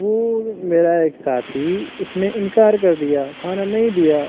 وہ میرا ایک ساتھی اس نے انکار کر دیا کھانا نہیں دیا